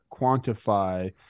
quantify